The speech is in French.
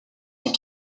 sont